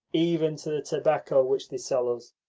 even to the tobacco which they sell us.